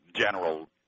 general